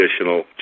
additional